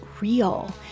real